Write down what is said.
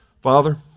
Father